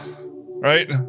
Right